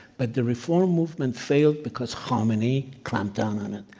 but the reform movement failed because khomeini clamped down on it.